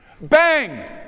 Bang